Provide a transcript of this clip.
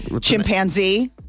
Chimpanzee